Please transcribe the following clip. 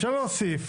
אפשר להוסיף